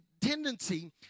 tendency